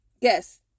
Yes